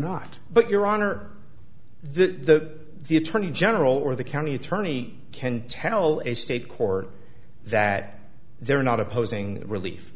not but your honor the the attorney general or the county attorney can tell a state court that they're not opposing the relief